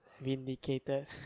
vindicated